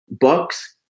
Bucks